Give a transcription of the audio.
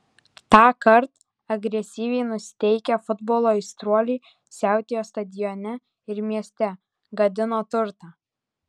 tąkart agresyviai nusiteikę futbolo aistruoliai siautėjo stadione ir mieste gadino turtą